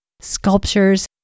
sculptures